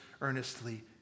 earnestly